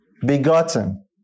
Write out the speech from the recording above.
begotten